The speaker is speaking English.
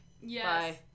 Yes